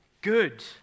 Good